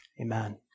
Amen